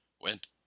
went